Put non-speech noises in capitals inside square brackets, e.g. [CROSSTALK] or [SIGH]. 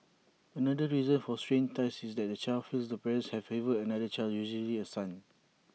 another reason for strained ties is that the child feels the parent has favoured another child usually A son [NOISE]